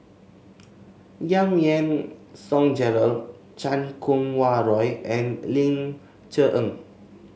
Giam Yean Song Gerald Chan Kum Wah Roy and Ling Cher Eng